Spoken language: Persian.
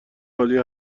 عالی